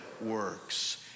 works